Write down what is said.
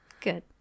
Good